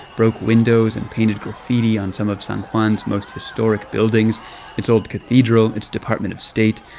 broke windows and painted graffiti on some of san juan's most historic buildings its old cathedral, its department of state.